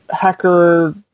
hacker